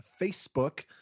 Facebook